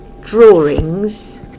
drawings